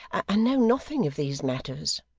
and know nothing of these matters